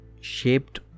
shaped